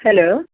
hello